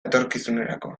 etorkizunerako